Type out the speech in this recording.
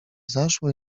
zaszło